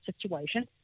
situation